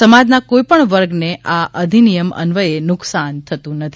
સમાજના કોઈપણ વર્ગને આ અધિનિયમ અન્વયે નુકસાન થતું નથી